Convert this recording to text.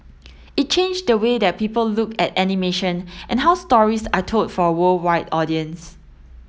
it changed the way that people look at animation and how stories are told for a worldwide audience